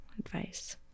advice